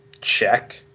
check